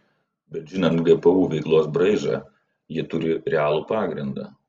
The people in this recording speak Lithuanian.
bet žinant gpu veiklos braižą jie turi realų pagrindą